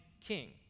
king